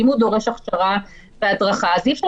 ואם הוא דורש הדרכה והכשרה אז אי אפשר